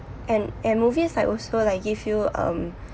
and and movies like also like give you um